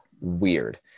weird